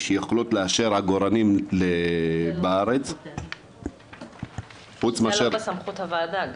שיכולות לאשר עגורנים בארץ חוץ מאשר -- זה לא בסמכות הוועדה.